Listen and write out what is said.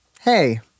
hey